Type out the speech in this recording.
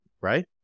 right